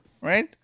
right